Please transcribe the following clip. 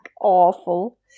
awful